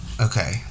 okay